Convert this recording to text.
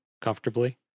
comfortably